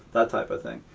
that type of thing.